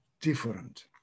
different